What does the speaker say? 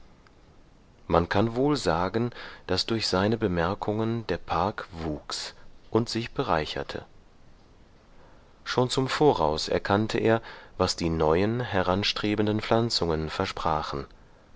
man kann wohl sagen daß durch seine bemerkungen der park wuchs und sich bereicherte schon zum voraus erkannte er was die neuen heranstrebenden pflanzungen versprachen